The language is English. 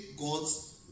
God's